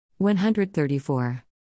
134